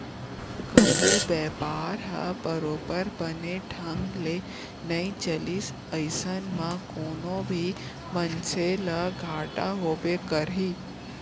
कभू बयपार ह बरोबर बने ढंग ले नइ चलिस अइसन म कोनो भी मनसे ल घाटा होबे करही